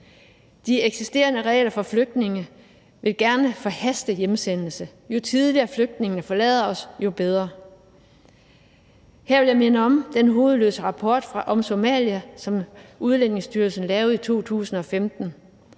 De eksisterende regler for flygtninge indebærer, at hjemsendelser bliver forhastet – jo tidligere flygtningene forlader os, jo bedre. Her vil jeg minde om rapporten om Somalia, som Udlændingestyrelsen lavede i 2015,